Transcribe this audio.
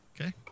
Okay